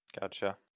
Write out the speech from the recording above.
Gotcha